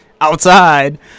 outside